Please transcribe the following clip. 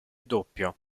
doppio